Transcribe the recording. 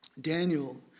Daniel